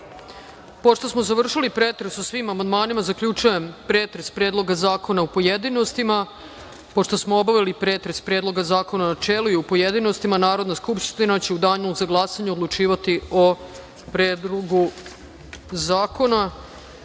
(Ne.)Pošto smo završili pretres o svi amandmanima, zaključujem pretres Predloga zakona u pojedinostima. Pošto smo obavili pretres Predloga zakona u načelu i u pojedinostima, Narodna skupština će u danu za glasanje odlučivati o Predlogu